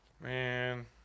Man